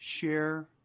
share